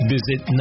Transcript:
Visit